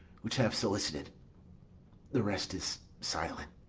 which have solicited the rest is silence.